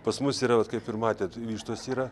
pas mus yra vat kaip ir matėt vištos yra